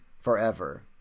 forever